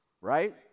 right